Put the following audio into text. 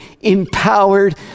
empowered